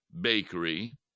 bakery